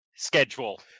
schedule